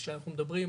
כאשר אנחנו מדברים,